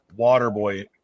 Waterboy